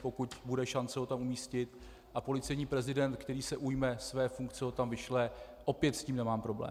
Pokud bude šance ho tam umístit a policejní prezident, který se ujme své funkce, ho tam vyšle, opět s tím nemám problém.